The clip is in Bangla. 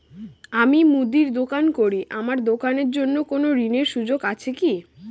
আমি মুদির দোকান করি আমার দোকানের জন্য কোন ঋণের সুযোগ আছে কি?